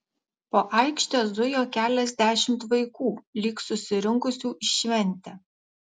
po aikštę zujo keliasdešimt vaikų lyg susirinkusių į šventę